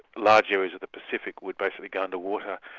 large areas of the pacific would basically go under water,